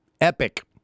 Epic